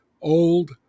old